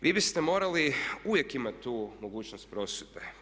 Vi biste morali uvijek imati tu mogućnost prosudbe.